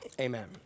Amen